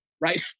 right